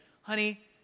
honey